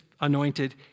anointed